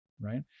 right